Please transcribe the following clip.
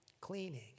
Cleaning